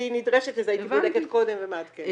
נדרשת לזה הייתי בודקת קודם ומעדכנת.